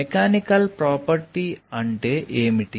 mechanical property అంటే ఏమిటి